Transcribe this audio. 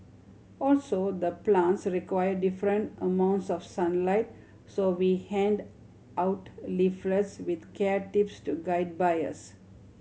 also the plants require different amounts of sunlight so we hand out leaflets with care tips to guide buyers